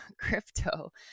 crypto